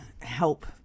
help